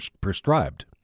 Prescribed